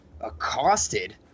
accosted